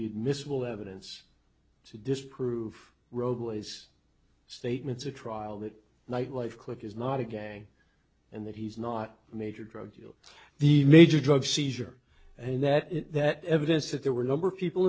be admissible evidence to disprove roadways statements a trial that night life clip is not a gag and that he's not a major drug dealer the major drug seizure and that is that evidence that there were a number of people